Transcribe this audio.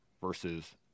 versus